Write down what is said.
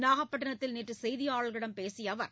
நாகப்பட்டிணத்தில் நேற்று செய்தியாளர்களிடம் பேசிய அவர்